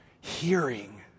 hearing